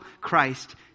christ